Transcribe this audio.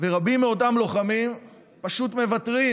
ורבים מאותם לוחמים פשוט מוותרים